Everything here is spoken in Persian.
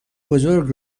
بزرگ